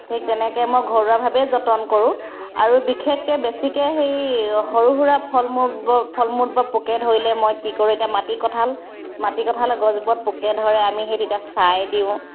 ঠিক তেনেকৈ মই ঘৰুৱাভাৱেই যতন কৰোঁ আৰু বিশেষকৈ বেছিকৈ সেই সৰু সুৰা ফল মূল বো ফল মূলবোৰত পোকে ধৰিলে মই কি কৰোঁ এতিয়া মাটি কঁঠাল মাটি কঁঠালৰ গছবোৰত পোকে ধৰে আমি সেই তেতিয়া চাই দিওঁ